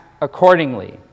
accordingly